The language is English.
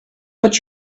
but